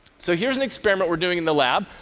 so here's an experiment we're doing in the lab.